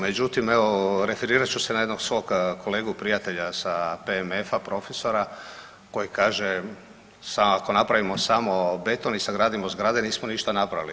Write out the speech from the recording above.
Međutim, evo referirat ću se na jednog svog kolegu, prijatelja sa PMF-a, profesora koji kaže samo ako napravimo samo beton i sagradimo zgrade nismo ništa napravili.